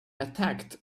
attacked